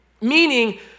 meaning